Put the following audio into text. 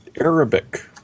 Arabic